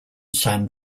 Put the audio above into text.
san